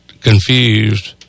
confused